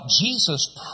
Jesus